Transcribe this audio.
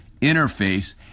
interface